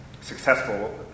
successful